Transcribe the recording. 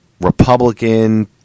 republican